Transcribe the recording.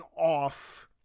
off